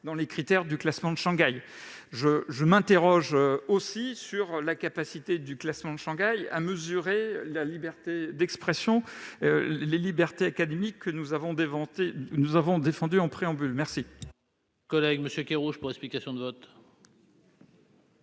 pas à ceux du classement de Shanghai. Je m'interroge aussi sur la capacité de ce classement à mesurer la liberté d'expression et les libertés académiques que nous avons défendues en préambule. La